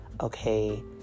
okay